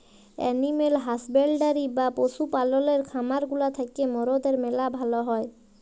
animal husbandry বা পশু পাললের খামার গুলা থ্যাকে মরদের ম্যালা ভাল হ্যয়